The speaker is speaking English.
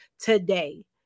today